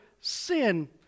sin